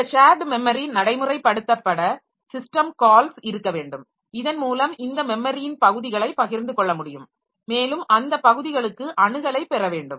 இந்த shared memory நடைமுறை படுத்தப்பட சிஸ்டம் கால்ஸ் இருக்க வேண்டும் இதன் மூலம் இந்த மெமரியின் பகுதிகளை பகிர்ந்து கொள்ள முடியும் மேலும் அந்த பகுதிகளுக்கு அணுகலைப் பெற வேண்டும்